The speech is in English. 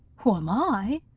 who am i?